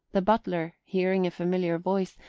the butler, hearing a familiar voice,